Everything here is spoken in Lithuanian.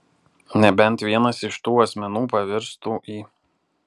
nebent vienas iš tų asmenų pavirstų į